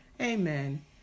Amen